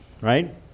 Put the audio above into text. right